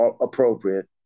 appropriate